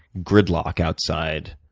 gridlock outside.